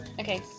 Okay